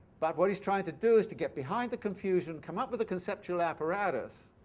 but what he's trying to do is to get behind the confusion, come up with a conceptual apparatus,